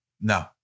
no